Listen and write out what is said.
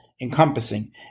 encompassing